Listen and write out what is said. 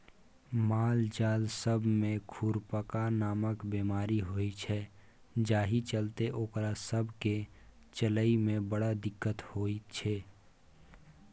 मालजाल सब मे खुरपका नामक बेमारी होइ छै जाहि चलते ओकरा सब केँ चलइ मे बड़ दिक्कत होइ छै